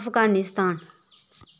Afghanistan